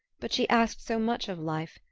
but she asked so much of life,